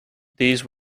these